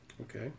okay